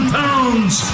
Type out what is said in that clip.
pounds